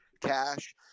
Cash